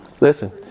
Listen